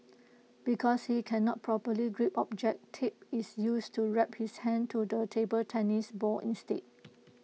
because he cannot properly grip objects tape is used to wrap his hand to the table tennis bat instead